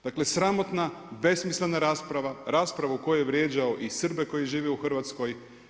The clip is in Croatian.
Dakle sramotna, besmislena rasprava, rasprava u kojoj je vrijeđao i Srbe koji žive u Hrvatskoj.